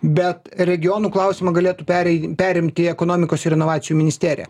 bet regionų klausimą galėtų perei perimti ekonomikos ir inovacijų ministerija